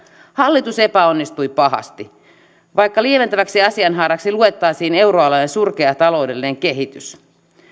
hallitus epäonnistui pahasti ja vaikka lieventäväksi asianhaaraksi luettaisiin euroalueen surkea taloudellinen kehitys